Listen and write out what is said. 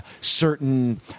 certain